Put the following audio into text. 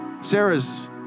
Sarah's